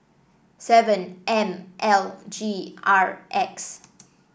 seven M L G R X